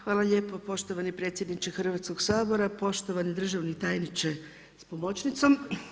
Hvala lijepo poštovani predsjedniče Hrvatskog sabora, poštovani državni tajniče sa pomoćnicom.